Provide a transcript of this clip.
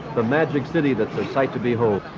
the magic city that's a sight to behold.